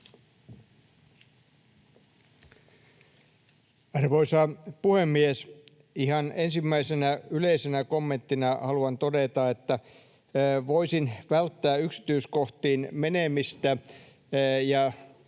Arvoisa puhemies! Ihan ensimmäisenä yleisenä kommenttina haluan todeta, että voisin välttää yksityiskohtiin menemistä ja